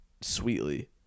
sweetly